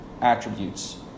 attributes